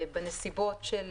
בנסיבות של